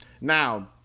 Now